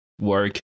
work